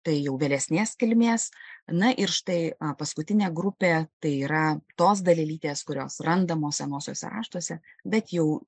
tai jau vėlesnės kilmės na ir štai paskutinė grupė tai yra tos dalelytės kurios randamos senuosiuose raštuose bet jau